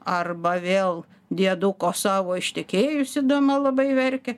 arba vėl dieduko savo ištekėjusi dama labai verkia